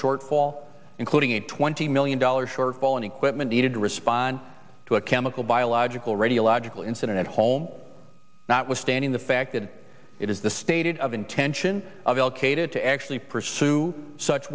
shortfall including a twenty million dollars shortfall in equipment needed to respond to a chemical biological radiological incident at home notwithstanding the fact that it is the stated of intention of alqaeda to actually pursue such